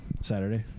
Saturday